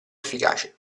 efficace